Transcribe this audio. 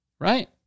right